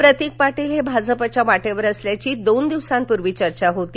प्रतीक पाटील हे भाजपाच्या वाटेवर असल्याची दोन दिवसांपूर्वी चर्चा होती